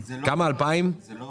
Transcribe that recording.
זה לא